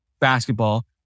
basketball